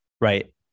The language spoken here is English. Right